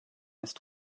ist